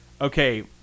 Okay